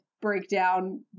breakdown